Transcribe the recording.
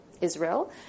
Israel